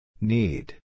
Need